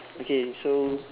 okay so